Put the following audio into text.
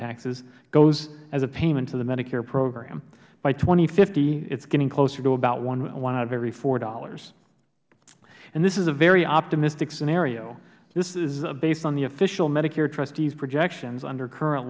taxes goes as a payment to the medicare program by two thousand and fifty it's getting closer to about one out of every four dollars and this is a very optimistic scenario this is based on the official medicare trustees projections under current